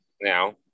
now